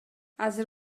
азыр